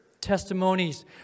testimonies